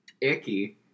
icky